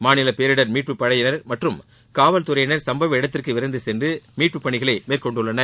மாநில பேரிடர் மீட்பு படையினர் மற்றும் காவல்துறையினர் சம்பவ இடத்திற்கு விரைந்து சென்று மீட்பு பணிகளை மேற்கொண்டுள்ளனர்